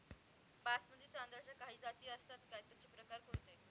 बासमती तांदळाच्या काही जाती असतात का, त्याचे प्रकार कोणते?